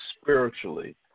spiritually